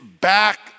back